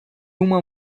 uma